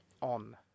on